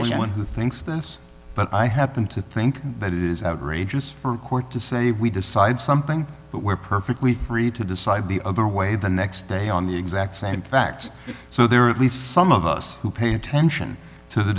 ocean one who thinks this but i happen to think that it is outrageous for court to say we decide something but we're perfectly free to decide the other way the next day on the exact same facts so there are at least some of us who pay attention to the